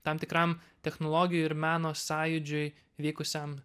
tam tikram technologijų ir meno sąjūdžiui vykusiam